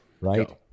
right